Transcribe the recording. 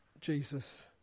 Jesus